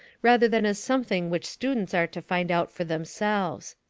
rather than as something which students are to find out for themselves.